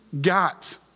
got